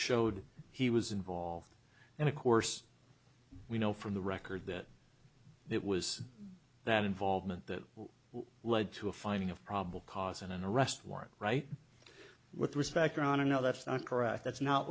showed he was involved and of course we know from the record that it was that involvement that led to a finding of probable cause and an arrest warrant right with respect around him no that's not correct that's not